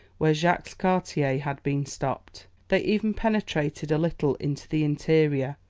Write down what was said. where jacques cartier had been stopped they even penetrated a little into the interior,